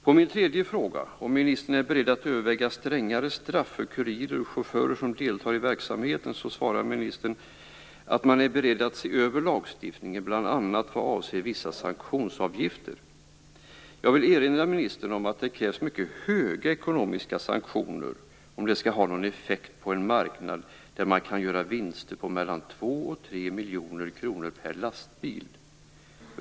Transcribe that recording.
På min tredje fråga, om ministern är beredd att överväga strängare straff för kurirer och chaufförer som deltar i verksamheten, svarade ministern att man är beredd att se över lagstiftningen, bl.a. vad avser vissa sanktionsavgifter. Jag vill erinra ministern om att det krävs mycket stora ekonomiska sanktioner för att de skall ha någon effekt på en marknad där man kan göra vinster på 2-3 miljoner kronor per lastbil.